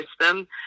system